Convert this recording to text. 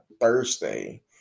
Thursday